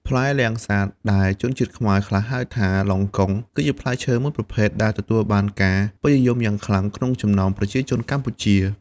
ផ្លែលាំងសាត ដែលជនជាតិខ្មែរខ្លះហៅថា លុងកុង គឺជាផ្លែឈើមួយប្រភេទដែលទទួលបានការពេញនិយមយ៉ាងខ្លាំងក្នុងចំណោមប្រជាជនកម្ពុជា